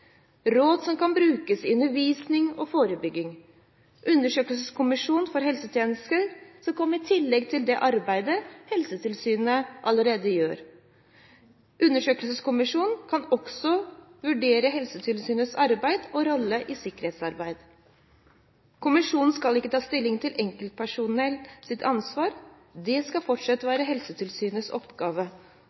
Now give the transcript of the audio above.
råd som kan brukes i undervisning og forebygging. Undersøkelseskommisjonen for helsetjenester skal komme i tillegg til det arbeidet Helsetilsynet allerede gjør. Undersøkelseskommisjonen kan også vurdere Helsetilsynets arbeid og rolle i sikkerhetsarbeidet. Kommisjonen skal ikke ta stilling til enkeltpersonells ansvar. Det skal fortsatt være Helsetilsynets oppgave